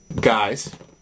Guys